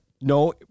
No